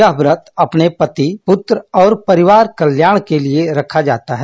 यह व्रत अपने पति पुत्र और परिवार कल्याण के लिये रखा जाता है